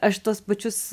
aš tuos pačius